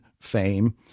fame